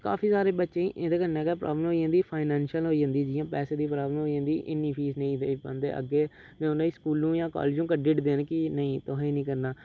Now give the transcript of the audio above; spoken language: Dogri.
काफी सारे बच्चें गी एह्दे कन्नै गै प्राब्लम होई जंदी फाईनैशल होई जंदी जियां पैसे दी प्राब्लम होई जंदी इन्नी फीस नेईं देई पांदे अग्गें उ'नेंगी स्कूलूं जां कालजूं कड्डी ओड़दे न कि नेईं तोहें गी नी करना